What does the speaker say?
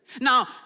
Now